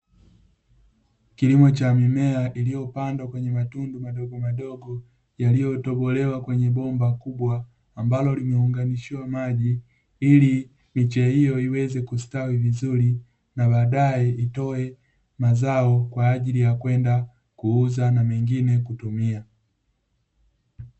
Kilimo cha mimea iliyopandwa kwenye matundu madogomadogo, yaliyotobolewa kwenye bomba kubwa, ambalo limeunganishiwa maji, ili miche hiyo iweze kustawi vizuri na baadaye kutoa mazao kwa ajili ya kwenda kuuza na mengine kutumia.